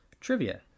Trivia